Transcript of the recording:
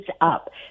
up